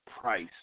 price